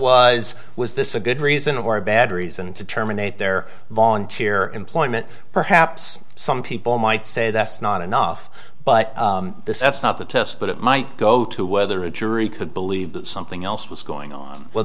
was was this a good reason or a bad reason to terminate their volunteer employment perhaps some people might say that's not enough but this it's not the test but it might go to whether a jury could believe that something else was going on well